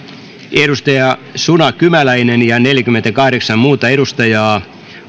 suna kymäläinen ja neljäkymmentäkahdeksan muuta edustajaa